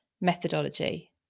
methodology